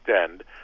end